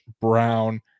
Brown